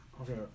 Okay